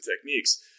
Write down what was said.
techniques